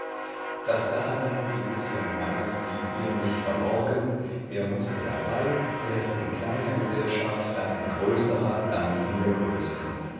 das dasein dieses jungen mannes blieb ihr nicht verborgen er mußte herbei erst in kleiner gesellschaft dann in größerer dann in der größten